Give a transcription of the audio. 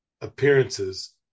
appearances